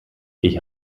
ich